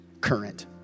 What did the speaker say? current